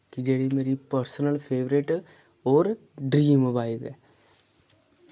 कि जेह्ड़ी मेरी पर्सनल फेवरेट होर ड्रीम बाइक ऐ